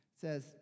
says